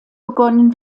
begonnen